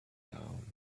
down